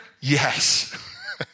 Yes